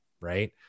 Right